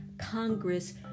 Congress